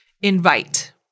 Invite